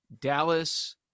Dallas